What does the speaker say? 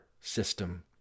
system